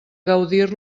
gaudir